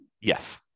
Yes